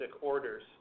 orders